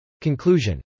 Conclusion